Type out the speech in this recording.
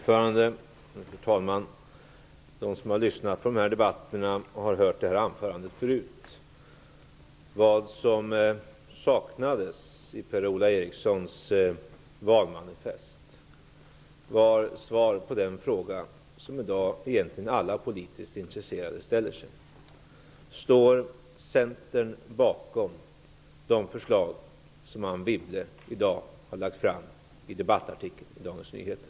Fru talman! De som har lyssnat på debatterna har hört det här anförandet förut. I Per-Ola Erikssons valmanifest saknades svaret på den fråga som alla politiskt intresserade ställer sig i dag, nämligen om Centern står bakom de förslag som Anne Wibble i dag lade fram i en debattartikel i Dagens Nyheter.